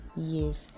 yes